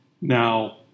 Now